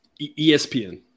espn